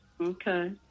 Okay